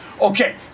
Okay